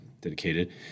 dedicated